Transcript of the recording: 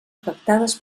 afectades